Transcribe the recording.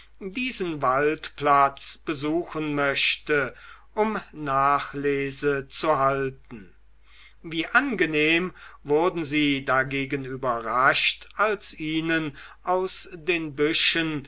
diesen waldplatz besuchen möchte um nachlese zu halten wie angenehm wurden sie dagegen überrascht als ihnen aus den büschen